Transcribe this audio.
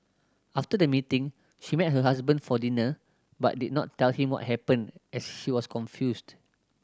after the meeting she met her husband for dinner but did not tell him what happened as she was confused